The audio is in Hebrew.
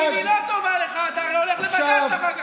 ניצן,